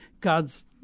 God's